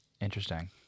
Interesting